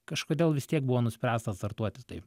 kažkodėl vis tiek buvo nuspręsta startuoti taip